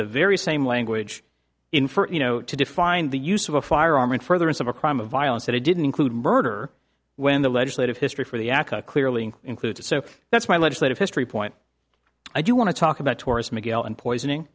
the very same language in for you know to define the use of a firearm in furtherance of a crime of violence that it didn't include murder when the legislative history for the aca clearly includes it so that's my legislative history point i do want to talk about taurus miguel and poisoning